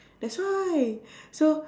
that's right so